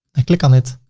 i click on it.